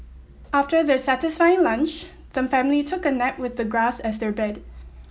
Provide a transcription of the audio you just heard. after their satisfying lunch the family took a nap with the grass as their bed